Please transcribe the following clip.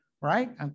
right